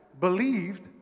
believed